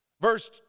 Verse